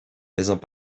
faisant